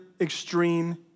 extreme